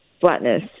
flatness